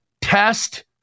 test